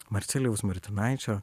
marcelijaus martinaičio